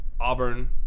auburn